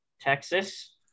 Texas